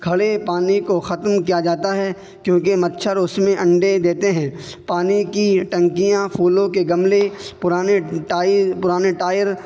کھڑے پانی کو ختم کیا جاتا ہے کیوںکہ مچھر اس میں انڈے دیتے ہیں پانی کی ٹنکیاں پھولوں کے گملے پرانے ٹائل پرانے ٹائر